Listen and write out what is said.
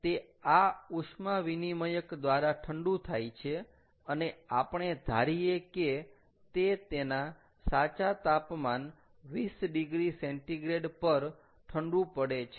તે આ ઉષ્મા વિનિમયક દ્વારા ઠંડું થાય છે અને આપણે ધારીએ છીએ કે તે તેના સાચા તાપમાન 20॰C પર ઠંડુ પડે છે